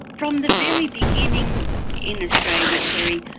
from the very beginning in australia, keri,